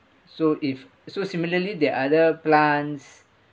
so if so similarly there are other plants